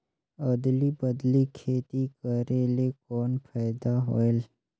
अदली बदली खेती करेले कौन फायदा होयल?